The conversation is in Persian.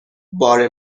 بار